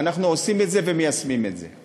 ואנחנו עושים את זה ומיישמים את זה,